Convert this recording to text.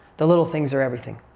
the little things are everything.